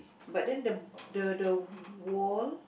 but then the the the wall